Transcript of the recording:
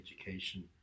education